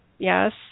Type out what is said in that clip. Yes